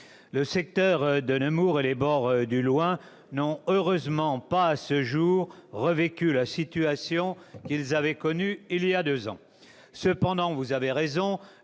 Le secteur de Nemours et les bords du Loing n'ont heureusement pas revécu, à ce jour, la situation qu'ils avaient connue il y a deux ans. Néanmoins, vous avez raison